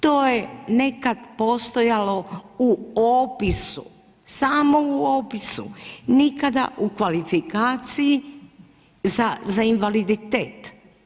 To je nekad postojalo u opisu, samo u opisu, nikada u kvalifikaciji za invaliditet.